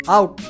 Out